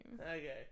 Okay